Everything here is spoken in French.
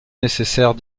nécessaire